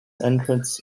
entrance